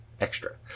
extra